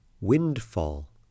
windfall